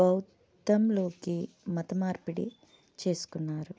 బౌధంలోకి మతమార్పిడి చేసుకున్నారు